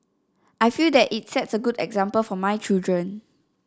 I feel that it sets a good example for my children